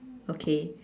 okay